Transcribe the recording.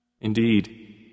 Indeed